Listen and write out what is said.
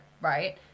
right